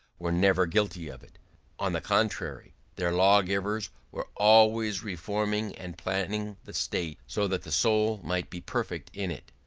were never guilty of it on the contrary, their lawgivers were always reforming and planning the state so that the soul might be perfect in it.